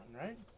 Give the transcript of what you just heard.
right